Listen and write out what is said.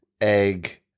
egg